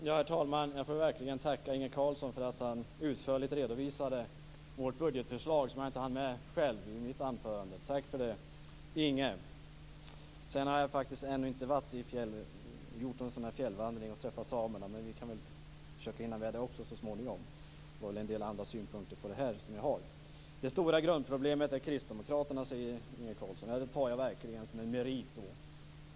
Herr talman! Jag får verkligen tacka Inge Carlsson för att han utförligt redovisade vårt budgetförslag, vilket jag inte hann med själv i mitt anförande. Tack för det, Inge! Sedan har jag faktiskt ännu inte gjort någon fjällvandring och träffat samerna, men vi kan väl försöka hinna med det också så småningom. Jag har en del andra synpunkter på det här. Det stora grundproblemet är Kristdemokraterna, säger Inge Carlsson. Det tar jag verkligen som en merit.